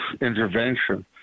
intervention